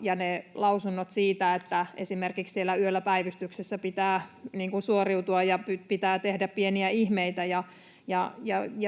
Ja ne lausunnot siitä, että esimerkiksi siellä yöllä päivystyksessä pitää suoriutua ja pitää tehdä pieniä ihmeitä.